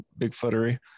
Bigfootery